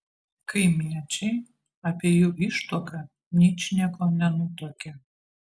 kaimiečiai apie jų ištuoką ničnieko nenutuokė